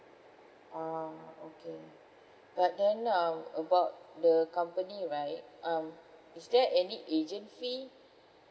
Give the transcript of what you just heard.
uh okay but then um about the company right um is there any agent fee